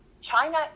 China